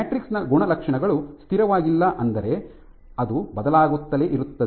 matrix ನ ಗುಣಲಕ್ಷಣಗಳು ಸ್ಥಿರವಾಗಿಲ್ಲ ಆದರೆ ಅದು ಬದಲಾಗುತ್ತಲೇ ಇರುತ್ತದೆ